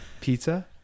pizza